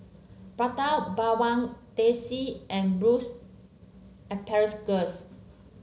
Prata Bawang Teh C and asparagus